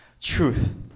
Truth